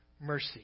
mercy